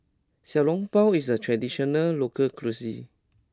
Xiao Long Bao is a traditional local cuisine